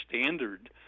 standard